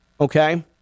okay